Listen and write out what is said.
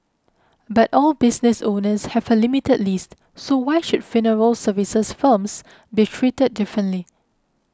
but all business owners have a limited lease so why should funeral services firms be treated differently